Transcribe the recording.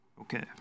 okay